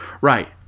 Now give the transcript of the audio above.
Right